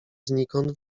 znikąd